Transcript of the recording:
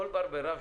כל בר בי רב,